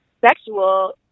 sexual